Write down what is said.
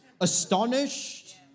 astonished